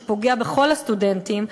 שפוגע בכל הסטודנטים,